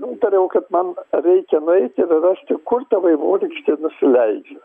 nutariau kad man reikia nueiti rasti kur ta vaivorykštė nusileidžia